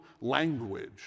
language